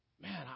man